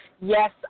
Yes